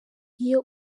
iyo